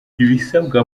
ibisabwa